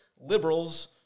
liberals